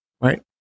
right